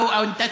תודה.